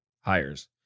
hires